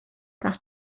nach